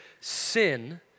sin